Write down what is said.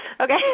Okay